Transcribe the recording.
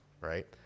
right